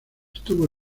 estuvo